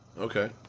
Okay